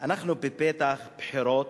אנחנו בפתח בחירות,